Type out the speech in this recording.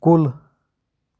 کُل